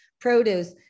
produce